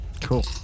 cool